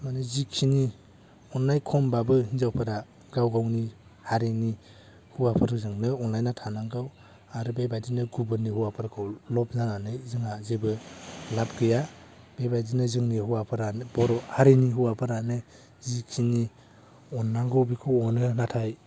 माने जिखिनि अननाय खमबाबो हिनजावफोरा गाव गावनि हारिनि हौवाफोरजोंनो अनलायना थानांगौ आरो बेबायदिनो गुबुननि हौवाफोरखौ लब जानानै जोंहा जेबो लाब गैया बे बायदिनो जोंनि हौवाफोरा बर' हारिनि हौवाफोरानो जिखिनि अननांगौ बेखौ अनो नाथाय